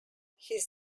his